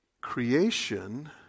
creation